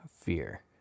fear